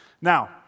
Now